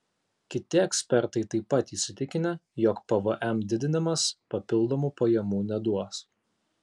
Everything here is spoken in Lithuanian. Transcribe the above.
kiti ekspertai taip pat įsitikinę jog pvm didinimas papildomų pajamų neduos